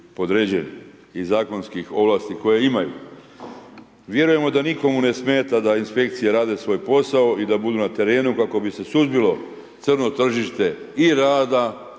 i zakonskih ovlasti koje imaju. Vjerujemo da nikomu ne smeta da inspekcije rade svoj posao i da budu na terenu kako bi se suzbilo crno tržište i rada,